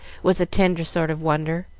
with a tender sort of wonder